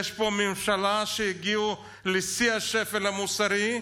יש פה ממשלה שהגיעה לשיא השפל המוסרי,